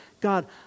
God